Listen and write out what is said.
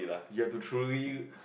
you have to truly